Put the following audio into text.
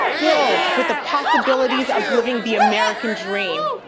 filled with the possibilities of living the american dream